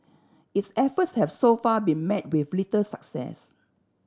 its efforts have so far been met with little success